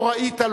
לא ראית,